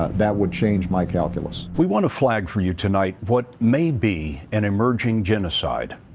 that would change my calculus. we want to flag for you tonight what may be an emerging genocide.